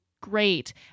great